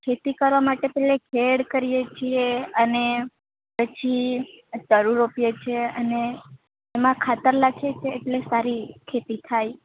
ખેતી કરવા માટે પેહલા ખેડ કરીએ છીએ અને પછી તરો રોપીએ છીએ અને એમાં ખાતર નાખીએ છે એટલે સારી ખેતી થાય